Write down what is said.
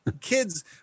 kid's